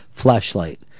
flashlight